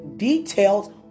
Details